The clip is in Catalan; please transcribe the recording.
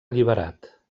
alliberat